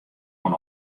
oan